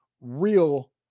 real